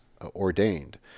ordained